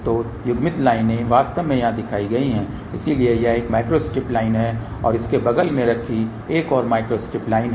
तो युग्मित लाइनें वास्तव में यहां दिखाई गई हैं इसलिए यह एक माइक्रोस्ट्रिप लाइन है और इसके बगल में रखी गई एक और माइक्रोस्ट्रिप लाइन है